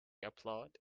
applauded